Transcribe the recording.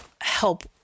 help